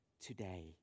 today